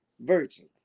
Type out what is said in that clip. virgins